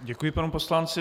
Děkuji panu poslanci.